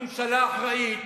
ממשלה אחראית,